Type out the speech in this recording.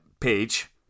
Page